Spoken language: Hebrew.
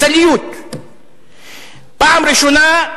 פעם ראשונה,